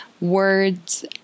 words